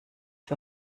für